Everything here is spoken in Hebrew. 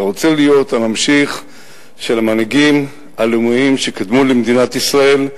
אתה רוצה להיות הממשיך של המנהיגים הלאומיים שקדמו במדינת ישראל,